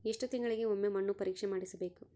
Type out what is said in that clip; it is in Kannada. ಎಷ್ಟು ತಿಂಗಳಿಗೆ ಒಮ್ಮೆ ಮಣ್ಣು ಪರೇಕ್ಷೆ ಮಾಡಿಸಬೇಕು?